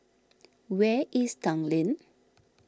where is Tanglin